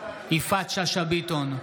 יפעת שאשא ביטון,